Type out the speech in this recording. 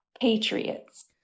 patriots